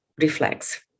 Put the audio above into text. reflex